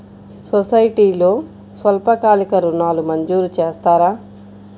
సొసైటీలో స్వల్పకాలిక ఋణాలు మంజూరు చేస్తారా?